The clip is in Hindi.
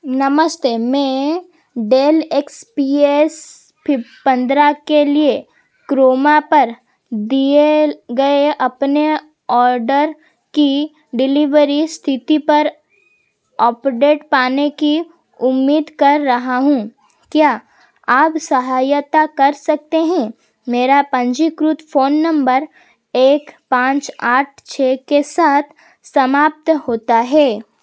नमस्ते मैं डेल एक्स पी एस फिफ पंद्रह के लिए क्रोमा पर दिए गए अपने ऑर्डर की डिलीवरी स्थिति पर अपडेट पाने की उम्मीद कर रहा हूँ क्या आप सहायता कर सकते हैं मेरा पंजीकृत फ़ोन नंबर एक पाँच आठ छः के साथ समाप्त होता है